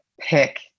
pick